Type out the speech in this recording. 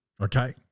Okay